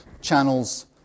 channels